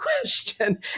question